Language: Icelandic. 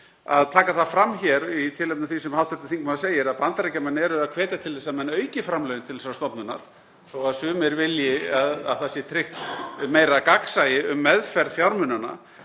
að taka það fram hér í tilefni af því sem hv. þingmaður segir að Bandaríkjamenn eru að hvetja til þess að menn auki framlögin til þessarar stofnunar þótt sumir vilji að það sé tryggt meira gagnsæi um meðferð fjármunanna.